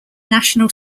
national